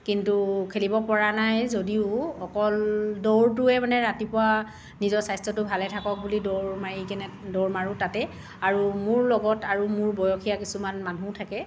কিন্তু খেলিব পৰা নাই যদিও অকল দৌৰটোৱে মানে ৰাতিপুৱা নিজৰ স্বাস্থ্যটো ভালে থাকক বুলি দৌৰ মাৰি কেনে দৌৰ মাৰোঁ তাতে আৰু মোৰ লগত আৰু মোৰ বয়সীয়া কিছুমান মানুহ থাকে